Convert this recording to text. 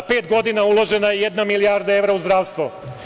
Za pet godina uložena je jedna milijarda evra u zdravstvo.